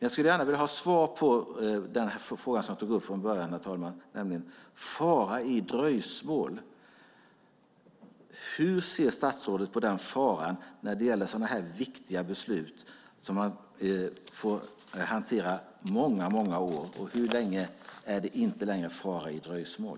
Jag skulle gärna vilja ha svar på den fråga som jag ställde i början, nämligen: Hur ser statsrådet på fara i dröjsmål när det gäller sådana viktiga beslut som man får hantera i många år, och när är det inte längre fara i dröjsmål?